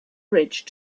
bridge